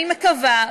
אני מקווה,